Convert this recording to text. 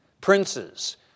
princes